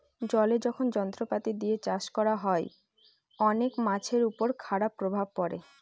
জলে যখন যন্ত্রপাতি দিয়ে চাষ করা হয়, অনেক মাছের উপর খারাপ প্রভাব পড়ে